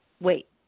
Wait